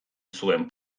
zuen